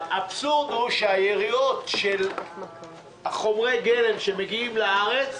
האבסורד הוא שעל היריעות של חומרי הגלם שמגיעים לארץ,